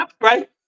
right